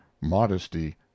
modesty